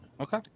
Okay